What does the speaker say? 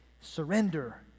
Surrender